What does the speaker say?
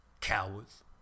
Cowards